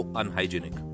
unhygienic